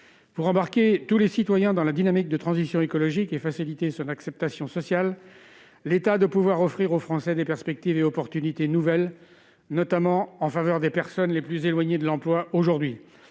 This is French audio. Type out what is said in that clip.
pour embarquer tous les citoyens dans la dynamique de transition écologique et faciliter son acceptation sociale, l'état de pouvoir offrir aux Français des perspectives et opportunités nouvelles, notamment en faveur des personnes les plus éloignées de l'emploi aujourd'hui,